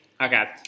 Okay